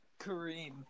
Kareem